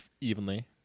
evenly